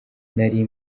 nari